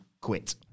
quit